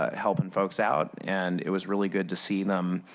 ah helping folks out. and it was really good to see them